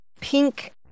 pink